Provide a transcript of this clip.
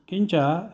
किञ्च